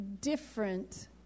different